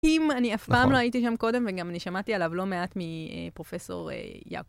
אם אני אף פעם לא הייתי שם קודם, וגם אני שמעתי עליו לא מעט מפרופ' יעקב.